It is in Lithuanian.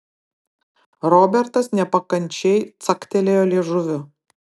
robertas nepakančiai caktelėjo liežuviu